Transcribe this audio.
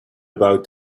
about